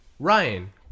Ryan